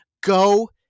go